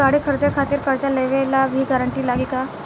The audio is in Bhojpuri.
गाड़ी खरीदे खातिर कर्जा लेवे ला भी गारंटी लागी का?